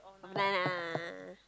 banana ah